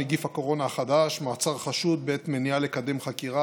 נגיף הקורונה החדש) (מעצר חשוד בעת מניעה לקדם חקירה),